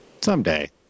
Someday